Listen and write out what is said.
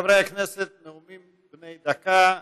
חברי הכנסת, נאומים בני דקה.